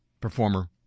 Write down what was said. performer